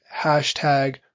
hashtag